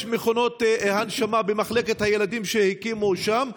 מכונות הנשמה במחלקת הילדים שהקימו שם.